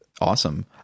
Awesome